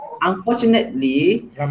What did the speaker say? Unfortunately